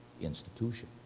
institution